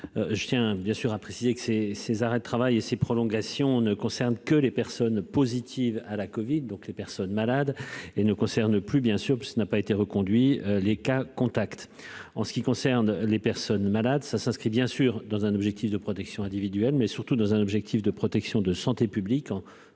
je tiens bien sûr, a précisé que ces ces arrêts de travail et ces prolongations ne concerne que les personnes positives à la Covid, donc les personnes malades et ne concerne plus, bien sûr, puisqu'il n'a pas été reconduit les cas contacts en ce qui concerne les personnes malades, ça s'inscrit bien sûr dans un objectif de protection individuelle mais surtout dans un objectif de protection de santé publique en